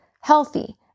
healthy